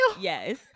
Yes